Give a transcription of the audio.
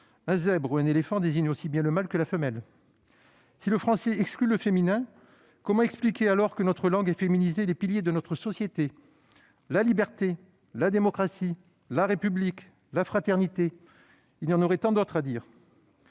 un zèbre » ou « un éléphant » désignent aussi bien le mâle que la femelle. Si le français exclut le féminin, comment expliquer que notre langue ait féminisé les piliers de notre société : la liberté, la démocratie, la République, la fraternité ? Il y en aurait tant d'autres à citer